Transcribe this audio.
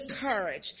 courage